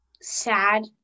sad